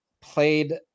played